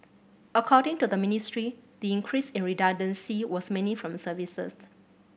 according to the Ministry the increase in redundancy was mainly from services